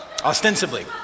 ostensibly